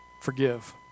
forgive